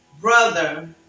brother